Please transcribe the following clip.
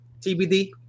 TBD